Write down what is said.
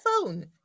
phone